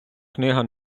книга